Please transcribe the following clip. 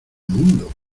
mundo